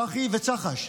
צח"י וצח"ש,